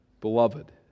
beloved